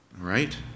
right